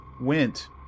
went